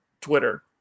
Twitter